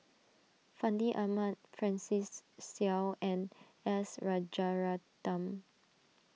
Fandi Ahmad Francis Seow and S Rajaratnam